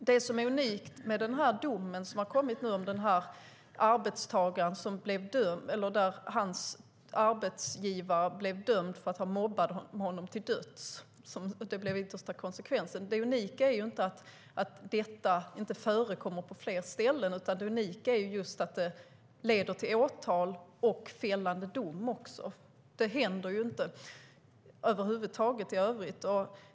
Det som är unikt med den dom som nu har kommit om en arbetsgivare som har blivit dömd för att ha mobbat en man till döds, som blev den yttersta konsekvensen, är inte att detta inte förekommer på fler ställen. Det unika är att detta har lett till åtal och även fällande dom. Det händer över huvud taget inte i övrigt.